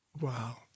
Wow